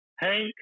Hank